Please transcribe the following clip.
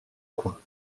coin